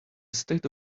state